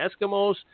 Eskimos